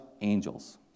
angels